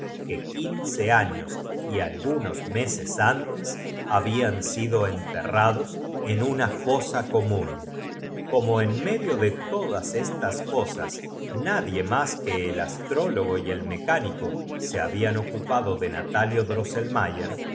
que quince años y alguno s mesos anlo era antes la princesa sus pierna s se tes habían sido enterr ados en una fosa comlin como en medio de todas estas cosas nadie más que el astrólogo y el mecánico se habfan ocupado de natali